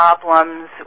problems